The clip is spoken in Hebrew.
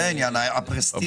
זה העניין, הפרסטיג'.